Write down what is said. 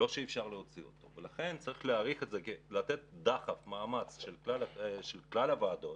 צריך שיהיה מאמץ של כלל הוועדות